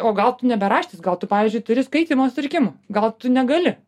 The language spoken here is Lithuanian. o gal tu ne beraštis gal tu pavyzdžiui turi skaitymo sutrikimų gal tu negali